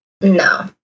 no